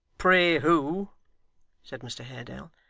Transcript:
pray who said mr haredale,